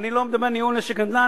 אני לא מדבר על ניהול משק הנדל"ן.